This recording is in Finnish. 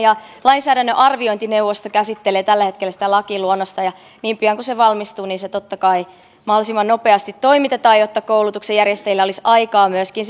lainsäädännön arviointineuvosto käsittelee tällä hetkellä lakiluonnosta ja niin pian kuin se valmistuu se totta kai mahdollisimman nopeasti toimitetaan jotta koulutuksen järjestäjillä olisi myöskin